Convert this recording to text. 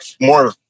more